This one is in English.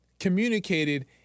communicated